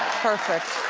perfect.